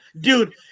dude